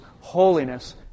holiness